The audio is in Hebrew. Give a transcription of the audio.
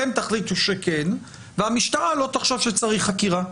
אתם תחליטו שכן והמשטרה לא תחשוב שצריך חקירה.